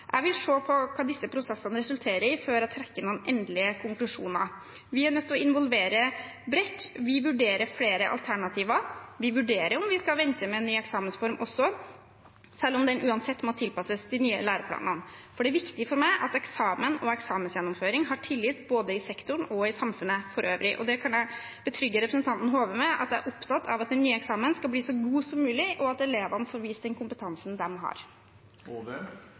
Jeg vil se på hva disse prosessene resulterer i, før jeg trekker noen endelige konklusjoner. Vi er nødt til å involvere bredt. Vi vurderer flere alternativer. Vi vurderer også om vi skal vente med ny eksamensform, selv om eksamen uansett må tilpasses de nye læreplanene. Det er viktig for meg at eksamen og eksamensgjennomføring har tillit både i sektoren og i samfunnet for øvrig. Jeg kan betrygge representanten Hove med at jeg er opptatt av at den nye eksamenen skal bli så god som mulig, og at elevene får vist den kompetansen de har.